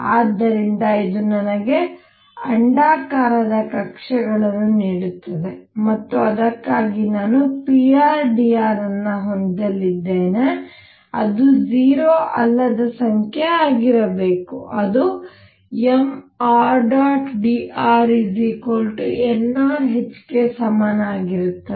ಆದ್ದರಿಂದ ಇದು ನನಗೆ ಅಂಡಾಕಾರದ ಕಕ್ಷೆಗಳನ್ನು ನೀಡುತ್ತದೆ ಮತ್ತು ಅದಕ್ಕಾಗಿ ನಾನು prdr ಅನ್ನು ಹೊಂದಿದ್ದೇನೆ ಅದು 0 ಅಲ್ಲದ ಸಂಖ್ಯೆ ಆಗಿರಬೇಕು ಅದು mṙdrnrh ಗೆ ಸಮನಾಗಿರುತ್ತದೆ